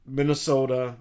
Minnesota